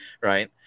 right